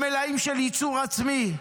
ומלאים של ייצור עצמי.